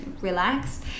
relax